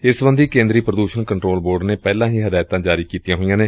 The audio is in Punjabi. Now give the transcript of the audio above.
ਇਸ ਸਬੰਧੀ ਕੇਂਦਰੀ ਪ੍ਰਦੁਸ਼ਣ ਕੰਟਰੋਲ ਬੋਰਡ ਨੇ ਪਹਿਲਾਂ ਹੀ ਹਦਾਇਤਾਂ ਜਾਰੀ ਕੀਤੀਆਂ ਹੋਈਆਂ ਨੇ